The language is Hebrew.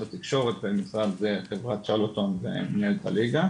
התקשורת ומשרד חברת צ'רלטון ומנהלת הליגה,